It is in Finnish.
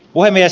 puhemies